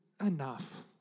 enough